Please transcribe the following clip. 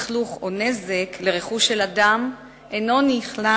לכלוך או נזק לרכוש של אדם אינו נכנס